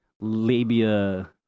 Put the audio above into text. labia